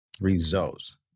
results